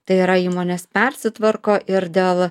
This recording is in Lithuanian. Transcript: tai yra įmonės persitvarko ir dėl